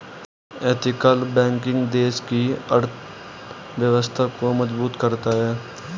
ethical banking देश की अर्थव्यवस्था को मजबूत करता है